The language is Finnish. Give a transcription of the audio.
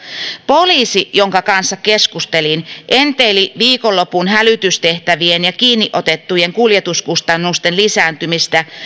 poliisi jonka kanssa keskustelin enteili viikonlopun hälytystehtävien ja kiinniotettujen kuljetuskustannusten lisääntymistä